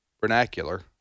vernacular